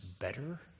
better